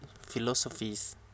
philosophies